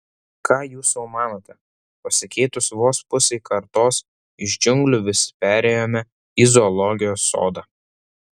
ką jūs sau manote pasikeitus vos pusei kartos iš džiunglių visi perėjome į zoologijos sodą